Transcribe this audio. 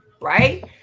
Right